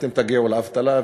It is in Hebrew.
אתם תגיעו לאבטלה,